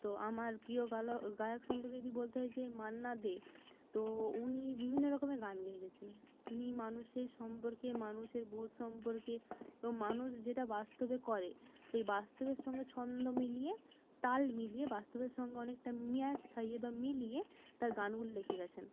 তো আমার প্রিয় গায়ক সম্পর্কে যদি বলতে হয় যে মান্না দে তো উনি বিভিন্ন রকমের গান গেয়ে গেয়েছিলেন তিনি মানুষের সম্পর্কে মানুষের বোধ সম্পর্কে এবং মানুষ যেটা বাস্তবে করে সেই বাস্তবের সঙ্গে ছন্দ মিলিয়ে তাল মিলিয়ে বাস্তবের সঙ্গে অনেকটা ম্যাচ খাইয়ে বা মিলিয়ে তার গানগুলো লিখে গিয়েছেন